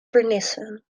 vernissen